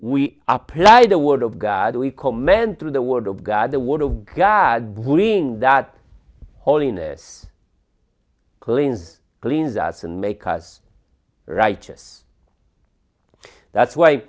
we apply the word of god we command through the word of god the word of god willing that holiness cleans cleans us and make us right yes that's why